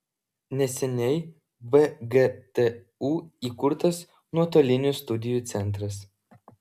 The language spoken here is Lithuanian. neseniai vgtu įkurtas nuotolinių studijų centras